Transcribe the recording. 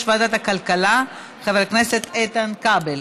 ועדת הכלכלה חבר הכנסת איתן כבל.